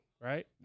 right